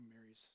mary's